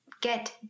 get